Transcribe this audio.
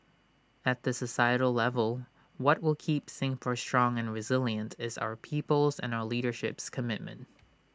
at the societal level what will keep Singapore strong and resilient is our people's and our leadership's commitment